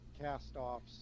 cast-offs